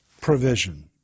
provision